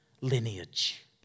lineage